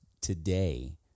today